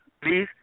please